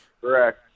correct